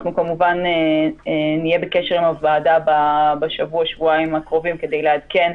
אנחנו כמובן נהיה קשר עם הוועדה בשבוע-שבועיים הקרובים כדי לעדכן,